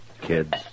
kids